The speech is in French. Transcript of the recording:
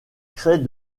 crée